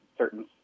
certain